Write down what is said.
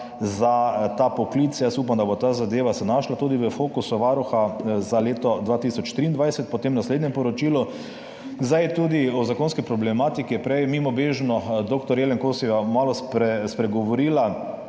za ta poklic. Upam, da se bo ta zadeva našla tudi v fokusu Varuha za leto 2023 potem v naslednjem poročilu. Tudi o zakonski problematiki je prej mimobežno mag. Jelen Kosi malo spregovorila.